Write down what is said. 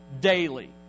daily